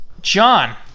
John